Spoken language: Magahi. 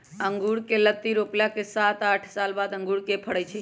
अँगुर कें लत्ति रोपला के सात आठ साल बाद अंगुर के फरइ छइ